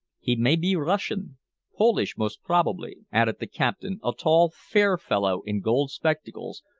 he may be russian polish most probably, added the captain, a tall, fair fellow in gold spectacles,